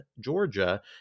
Georgia